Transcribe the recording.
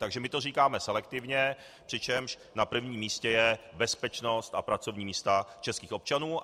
Takže my to říkáme selektivně, přičemž na prvním místě je bezpečnost a pracovní místa českých občanů.